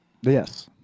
yes